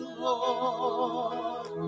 Lord